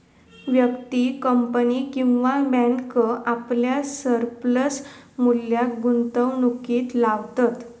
व्यक्ती, कंपनी किंवा बॅन्क आपल्या सरप्लस मुल्याक गुंतवणुकीत लावतत